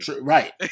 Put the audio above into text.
Right